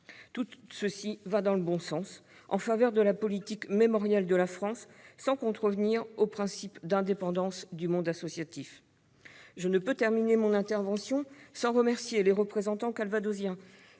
Tout cela va dans le bon sens pour la politique mémorielle de la France, sans contrevenir au principe d'indépendance du monde associatif. Je ne peux terminer mon intervention sans remercier les représentants calvadosiens